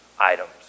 items